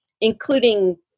Including